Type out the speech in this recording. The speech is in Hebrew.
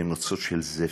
שהן נוצות של זפת,